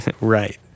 Right